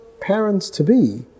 parents-to-be